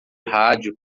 rádio